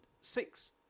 six